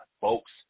folks